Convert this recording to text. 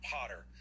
Potter